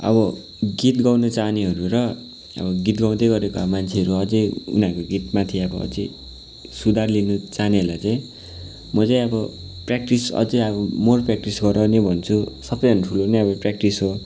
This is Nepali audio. अब गीत गाउनु चाहनेहरू र अब गीत गाउँदै गरेको मान्छेहरू अझै उनीहरूको गीतमाथि अझै सुधार ल्याउनु चाहनेहरूलाई चाहिँ म चाहिँ अब प्र्याक्टिस अझै अब मोर प्र्याक्टिस गर नै भन्छु सबैभन्दा ठुलो नै अब प्र्याक्टिस हो